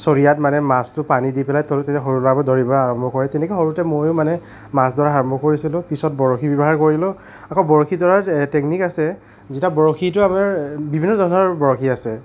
চৰিয়াত মানে মাছটো পানী দি পেলাই থ'লে তেতিয়া সৰু ল'ৰাবোৰে ধৰিব আৰম্ভ কৰে তেনেকৈ সৰুতে মইও মানে মাছ ধৰা আৰম্ভ কৰিছিলোঁ পিছত বৰশী ব্যৱহাৰ কৰিলোঁ আকৌ বৰশীত ধৰাৰ টেকনিক আছে যেতিয়া বৰশীটো আপোনাৰ বিভিন্ন ধৰণৰ বৰশী আছে